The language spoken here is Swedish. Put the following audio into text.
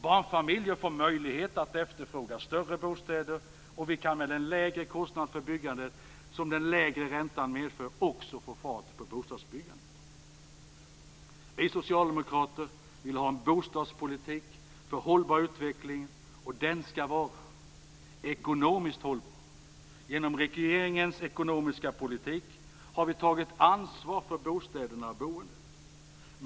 Barnfamiljer får möjlighet att efterfråga större bostäder. Vi kan med den lägre kostnad för boende som den lägre räntan medför också få fart på bostadsbyggandet. Vi socialdemokrater vill ha en bostadspolitik för hållbar utveckling. Den skall vara ekonomiskt hållbar. Genom regeringens ekonomiska politik har vi tagit ansvar för bostäderna och boendet.